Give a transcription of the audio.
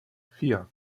vier